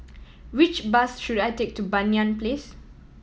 which bus should I take to Banyan Place